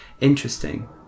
interesting